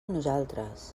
nosaltres